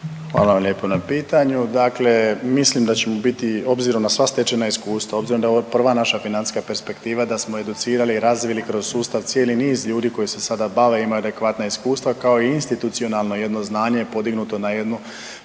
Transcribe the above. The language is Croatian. Hvala vam lijepo na pitanju. Dakle mislim da ćemo biti, obzirom na sva stečena iskustva, obzirom da je ovo prva naša financijska perspektiva, da smo educirali i razvili kroz sustav cijeli niz ljudi koji se sada bave, ima adekvatna iskustva, kao i institucionalno jedno znanje podignuto na jednu